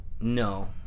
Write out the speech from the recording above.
No